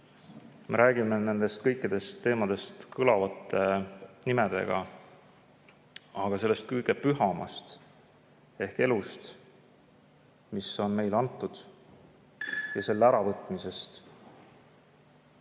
me räägime nendest kõikidest teemadest kõlavate nimedega. Aga sellest kõige pühamast ehk elust, mis on meile antud, ja selle äravõtmisest